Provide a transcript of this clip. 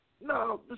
No